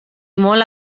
molt